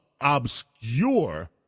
obscure